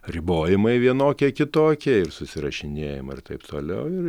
ribojimai vienokie kitokie ir susirašinėjom ir taip toliau ir